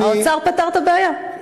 האוצר פתר את הבעיה.